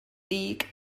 dug